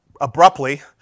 abruptly